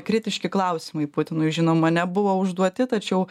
kritiški klausimai putinui žinoma nebuvo užduoti tačiau